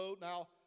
Now